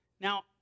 Now